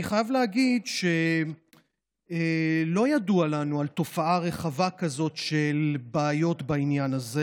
אני חייב להגיד שלא ידוע לנו על תופעה רחבה כזאת של בעיות בעניין הזה.